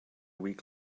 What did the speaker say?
week